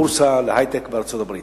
הבורסה להיי-טק בארצות-הברית.